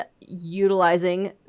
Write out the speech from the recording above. utilizing